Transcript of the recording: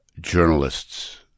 journalists